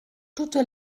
toute